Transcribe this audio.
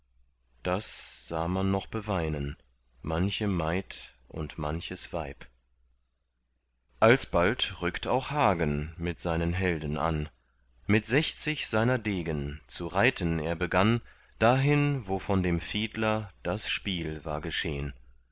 das sah man noch beweinen manche maid und manches weib alsbald rückt auch hagen mit seinen helden an mit sechzig seiner degen zu reiten er begann dahin wo von dem fiedler das spiel war geschehn